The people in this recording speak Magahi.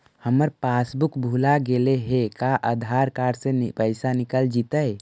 हमर पासबुक भुला गेले हे का आधार कार्ड से पैसा निकल जितै?